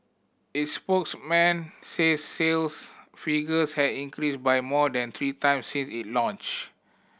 its spokesman says sales figures have increased by more than three times since it launched